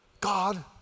God